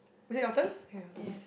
is it your turn okay your turn